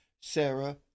Sarah